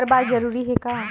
हर बार जरूरी हे का?